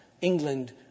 England